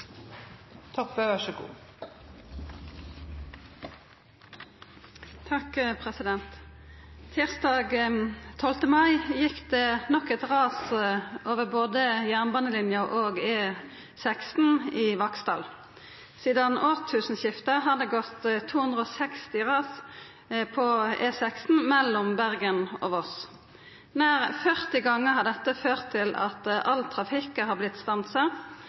mai gjekk det nok eit ras over både jernbanelinja og E16 i Vaksdal. Sidan tusenårsskiftet har det gått 260 ras på E16 mellom Bergen og Voss. Nær 40 gongar har dette ført til at all trafikk har